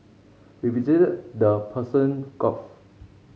we visited the Persian Gulf